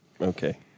Okay